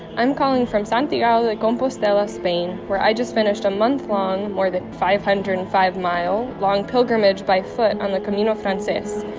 i'm calling from santiago de compostela, spain, where i just finished a month-long, more than five hundred and five mile long pilgrimage by foot on the camino frances.